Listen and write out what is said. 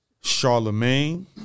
Charlemagne